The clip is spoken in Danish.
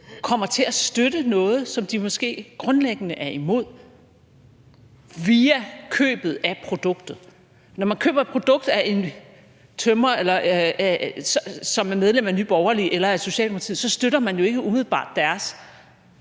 kommer til at støtte noget, som de måske grundlæggende er imod, via købet af produktet. Når man køber et produkt af en tømrer, som er medlem af Nye Borgerlige eller af Socialdemokratiet, så støtter man jo ikke umiddelbart deres